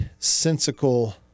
sensical